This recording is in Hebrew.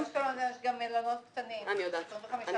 באשקלון יש גם מלונות קטנים עם 25 חדרים.